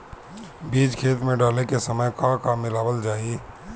बीज खेत मे डाले के सामय का का मिलावल जाई?